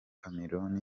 cameroun